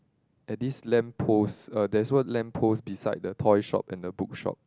at this lamp post uh there's one lamp post beside the toy shop and the book shop